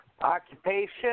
Occupation